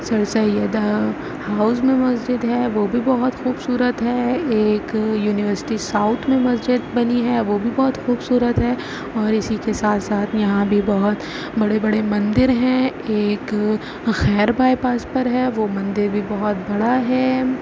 سر Syed house میں مسجد ہے وہ بھی بہت خوبصورت ہے ایک یونیورسٹی ساؤتھ میں مسجد بنی ہے وہ بھی بہت خوبصورت ہے اور اسی کے ساتھ ساتھ یہاں بھی بہت بڑے بڑے مندر ہیں ایک خیر بائی پاس پر ہے وہ مندر بھی بہت بڑا ہے